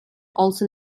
also